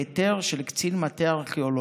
בהיתר של קצין מטה ארכיאולוגיה.